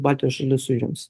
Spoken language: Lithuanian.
baltijos šalis užims